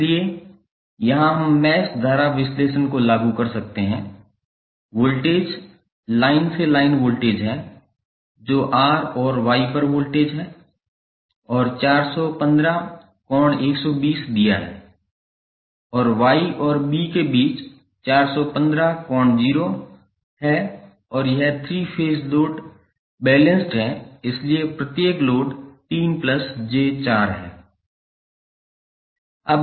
इसलिए यहां हम मैश धारा विश्लेषण को लागू कर सकते हैं वोल्टेज लाइन से लाइन वोल्टेज है जो R और Y पर वोल्टेज है और 415∠120 दिया है और Y और B के बीच 415∠0 है और यह 3 फेज़ लोड संतुलित है इसलिए प्रत्येक लोड 3 j4 है